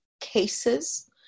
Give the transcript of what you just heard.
cases